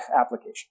Application